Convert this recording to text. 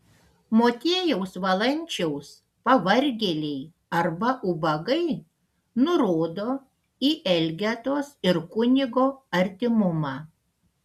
motiejaus valančiaus pavargėliai arba ubagai nurodo į elgetos ir kunigo artimumą